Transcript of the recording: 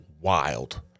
wild